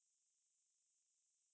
okay 一张